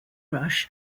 rush